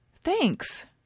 Thanks